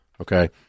Okay